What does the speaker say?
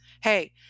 Hey